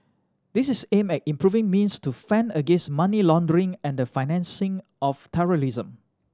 this is aimed at improving means to fend against money laundering and the financing of terrorism